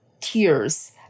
tears